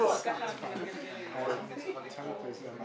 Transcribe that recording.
צהריים טובים